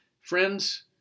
Friends